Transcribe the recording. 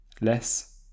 Less –